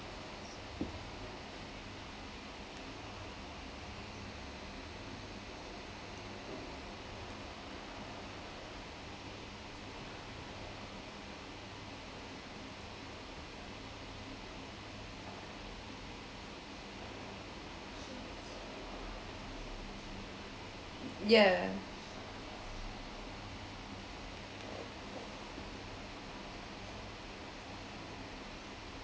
yeah